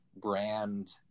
brand